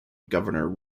governor